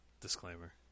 Disclaimer